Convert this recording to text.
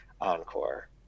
encore